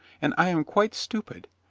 and i am quite stupid.